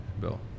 bill